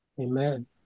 Amen